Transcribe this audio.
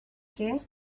que